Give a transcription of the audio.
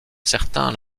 certains